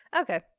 Okay